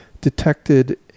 detected